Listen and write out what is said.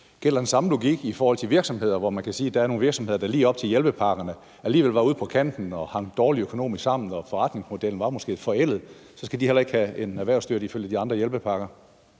Gælder den samme logik i forhold til virksomheder, hvor man kan sige, at der er nogle virksomheder, der lige op til hjælpepakkerne alligevel var ude på kanten og hang dårligt økonomisk sammen, fordi forretningsmodellen måske var forældet – altså, skal de så heller ikke have en erhvervsstøtte som følge af de andre hjælpepakker?